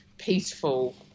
peaceful